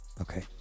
Okay